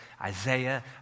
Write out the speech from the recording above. Isaiah